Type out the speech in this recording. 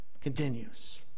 continues